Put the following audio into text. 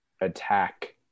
attack